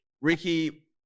Ricky